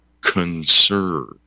conserve